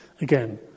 again